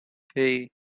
hey